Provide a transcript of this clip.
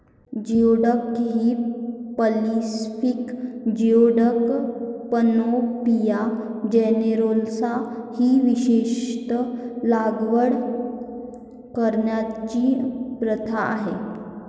geoduck ही Pacific geoduck, Panopea generosa ही विशेषत लागवड करण्याची प्रथा आहे